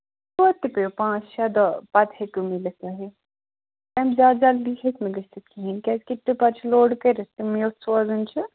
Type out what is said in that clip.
توتہِ تہِ کٔرِو پانٛژھ شیٚے دۄہ پَتہٕ ہٮ۪کِو میٖلِتھ تۅہہِ اَمہِ زیادٕ جلدٕے ہٮ۪کہِ نہٕ گٔژھِتھ کِہیٖنٛۍ کیٛازِ کہِ ٹِپر چھُ لوڈ کٔرِتھ تِمن یوٚت سوزٕنۍ چھِ